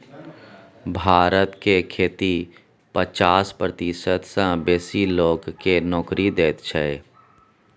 भारत के खेती पचास प्रतिशत सँ बेसी लोक केँ नोकरी दैत छै